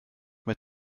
mit